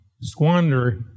squander